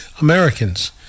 Americans